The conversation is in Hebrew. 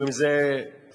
או אם זה ציוד